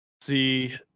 See